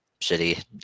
shitty